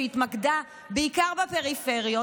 שהתמקדה בעיקר בפריפריות.